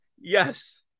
Yes